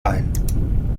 ein